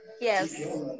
Yes